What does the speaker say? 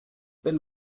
wenn